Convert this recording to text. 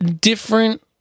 different